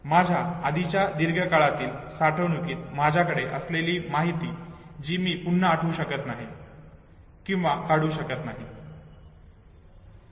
माझ्या आधीच्या दीर्घ काळातील साठवणुकीत माझ्याकडे असलेली माहिती जी मी पुन्हा आठवू शकत नाही किंवा काढू शकत नाही